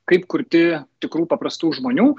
kaip kurti tikrų paprastų žmonių